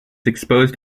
exposed